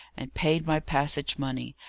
and paid my passage-money,